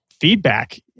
feedback